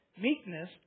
Meekness